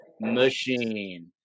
Machine